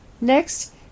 Next